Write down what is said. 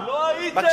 לא הייתם,